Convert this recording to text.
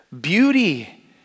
beauty